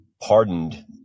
pardoned